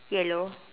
yellow